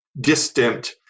distant